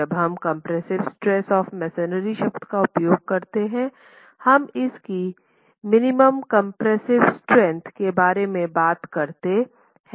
जब हम 'compressive strength of masonry' शब्द का उपयोग करते हैं हम इसकी मिनिमम कम्प्रेस्सिव स्ट्रेंथ के बारे में बात करते हैं